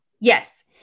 Yes